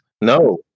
No